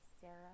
Sarah